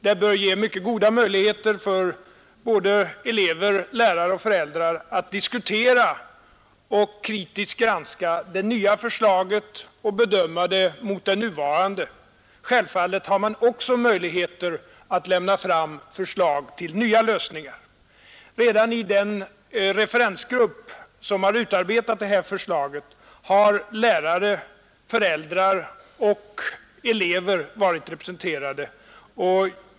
Det bör ge mycket goda möjligheter för både elever, lärare och föräldrar att diskutera och kritiskt granska det nya förslaget och bedöma det mot det nuvarande. Självfallet har man också möjligheter att lämna fram förslag till nya lösningar. Redan i den referensgrupp som utarbetat detta förslag har lärare, föräldrar och elever varit representerade.